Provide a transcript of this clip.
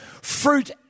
Fruit